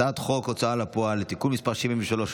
הצעת חוק ההוצאה לפועל (תיקון מס' 73),